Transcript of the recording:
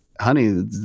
honey